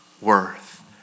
worth